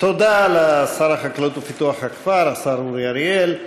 תודה לשר החקלאות ופיתוח הכפר השר אורי אריאל.